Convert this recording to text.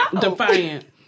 Defiant